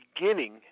beginning